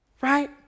Right